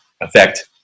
effect